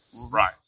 Right